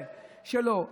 אבל קורה שלא.